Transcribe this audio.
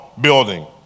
building